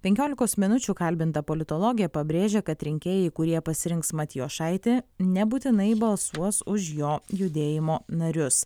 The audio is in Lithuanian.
penkiolikos minučių kalbinta politologė pabrėžia kad rinkėjai kurie pasirinks matijošaitį nebūtinai balsuos už jo judėjimo narius